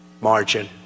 margin